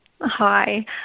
Hi